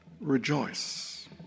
rejoice